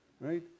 right